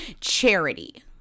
charity